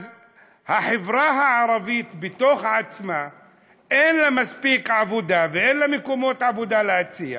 לחברה הערבית בתוך עצמה אין מספיק עבודה ואין לה מקומות עבודה להציע,